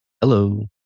Hello